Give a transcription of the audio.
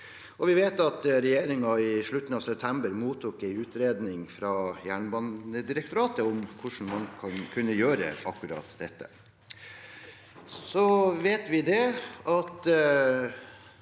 Vi vet at regjeringen i slutten av september mottok en utredning fra Jernbanedirektoratet om hvordan man kunne gjøre akkurat dette.